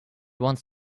wants